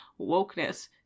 wokeness